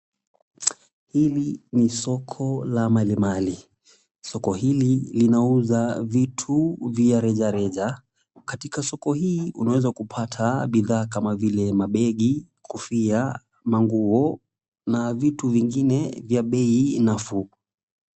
Hili ni soko la malimali. Soko hili linauza vitu vya rejereja. Katika soko hii unaweza kupata bidhaa kama vile mabegi , kofia, manguo na vitu vingine vya bei nafuu.